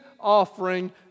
offering